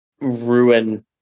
ruin